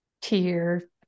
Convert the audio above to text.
tier